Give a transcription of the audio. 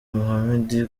mohammed